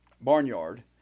barnyard